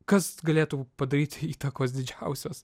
kas galėtų padaryti įtakos didžiausios